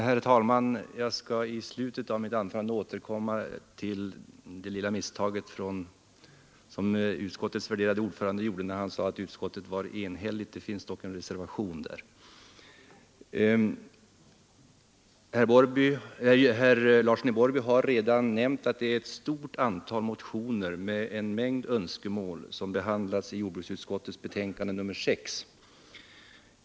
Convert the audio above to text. Herr talman! Herr Larsson i Borrby har redan nämnt att ett stort antal motioner med en mängd önskemål behandlas i jordbruksutskottets betänkande nr 6.